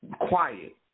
quiet